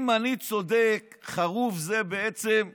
אם אני צודק, חרוב זה יעיד.